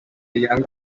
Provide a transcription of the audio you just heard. young